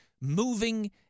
moving